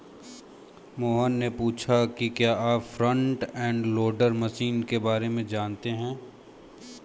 मोहन ने पूछा कि क्या आप फ्रंट एंड लोडर मशीन के बारे में जानते हैं?